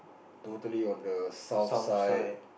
totally on the South side